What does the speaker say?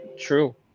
True